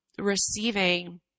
receiving